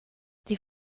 die